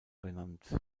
benannt